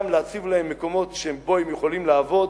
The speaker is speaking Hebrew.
גם להקציב להם מקומות שבהם הם יכולים לעבוד,